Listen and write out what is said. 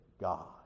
God